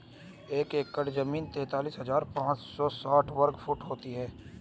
एक एकड़ जमीन तैंतालीस हजार पांच सौ साठ वर्ग फुट होती है